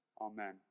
Amen